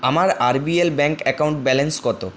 আমার R B L bank account balance কত